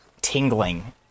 tingling